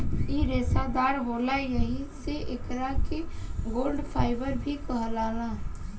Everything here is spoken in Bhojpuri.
इ रेसादार होला एही से एकरा के गोल्ड फाइबर भी कहाला